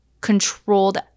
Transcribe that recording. controlled